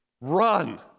Run